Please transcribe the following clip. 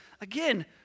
again